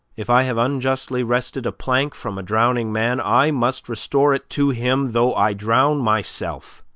if i have unjustly wrested a plank from a drowning man, i must restore it to him though i drown myself.